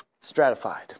stratified